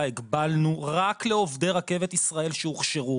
הגבלנו רק לעובדי רכבת ישראל שהוכשרו,